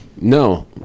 No